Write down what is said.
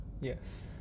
Yes